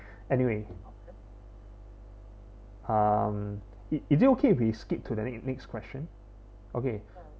anyway um is it okay if we skip to the n~ next question okay